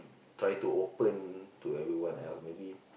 try to open to everyone else maybe